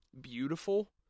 beautiful